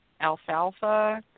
alfalfa